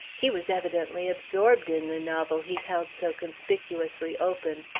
he was evidently absorbed in the novel he held so conspicuously open,